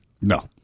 No